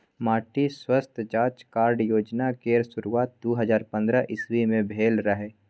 माटि स्वास्थ्य जाँच कार्ड योजना केर शुरुआत दु हजार पंद्रह इस्बी मे भेल रहय